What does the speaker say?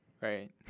Right